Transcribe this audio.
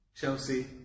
Chelsea